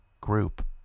group